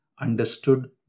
understood